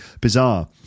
bizarre